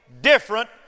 different